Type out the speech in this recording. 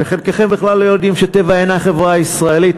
וחלקכם בכלל לא יודעים ש"טבע" אינה חברה ישראלית,